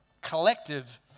collective